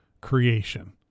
creation